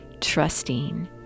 trusting